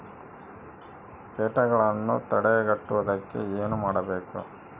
ಕೇಟಗಳನ್ನು ತಡೆಗಟ್ಟುವುದಕ್ಕೆ ಏನು ಮಾಡಬೇಕು?